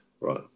Right